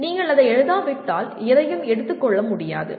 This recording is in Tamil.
நீங்கள் அதை எழுதாவிட்டால் எதையும் எடுத்துக்கொள்ள முடியாது